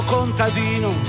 Contadino